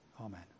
Amen